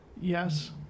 Yes